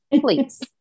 Please